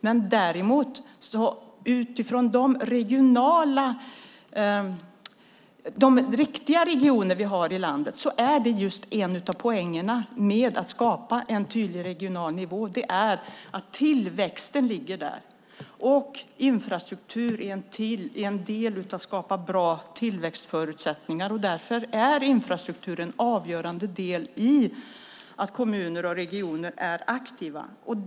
När det gäller de riktiga regionerna är en poäng med att skapa en tydlig regional nivå att tillväxten ligger där. Infrastruktur är en del av att skapa bra tillväxtförutsättningar. Därför är infrastruktur en del i att kommuner och regioner är aktiva.